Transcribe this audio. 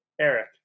Eric